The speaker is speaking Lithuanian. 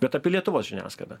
bet apie lietuvos žiniaskaidą